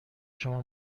شما